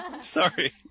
Sorry